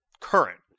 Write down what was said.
current